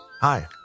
Hi